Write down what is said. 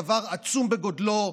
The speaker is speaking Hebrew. זה דבר עצום בגודלו,